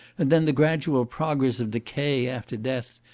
and then the gradual progress of decay after death,